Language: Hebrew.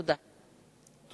תודה רבה.